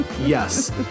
Yes